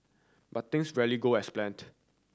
but things rarely go as planned